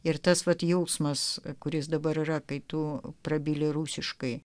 ir tas vat jausmas kuris dabar yra kai tu prabyli rusiškai